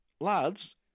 lads